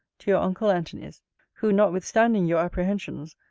to your uncle antony's who, notwithstanding you apprehensions,